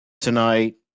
tonight